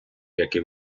які